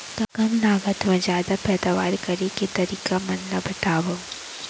कम लागत मा जादा पैदावार करे के तरीका मन ला बतावव?